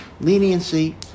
leniency